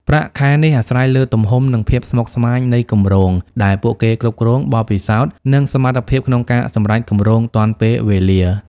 ប្រាក់ខែនេះអាស្រ័យលើទំហំ និងភាពស្មុគស្មាញនៃគម្រោងដែលពួកគេគ្រប់គ្រង បទពិសោធន៍ និងសមត្ថភាពក្នុងការសម្រេចគម្រោងទាន់ពេលវេលា។